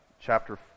chapter